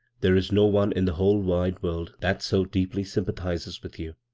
there is no one in the whole wide world that so deeply sympathizes with you.